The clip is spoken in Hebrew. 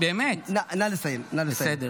בסדר,